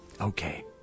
Okay